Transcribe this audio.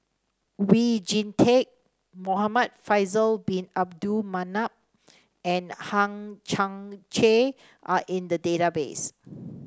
Oon Jin Teik Muhamad Faisal Bin Abdul Manap and Hang Chang Chieh are in the database